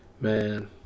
Man